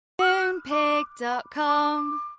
Moonpig.com